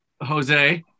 Jose